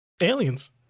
aliens